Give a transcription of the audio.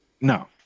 No